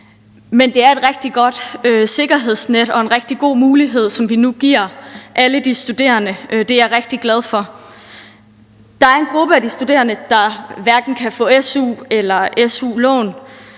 men det er et rigtig godt sikkerhedsnet og en rigtig god mulighed, som vi nu giver alle de studerende; det er jeg rigtig glad for. Der er en gruppe af de studerende, der hverken kan få su eller su-lån.